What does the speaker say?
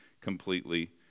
completely